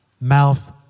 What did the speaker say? mouth